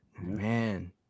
man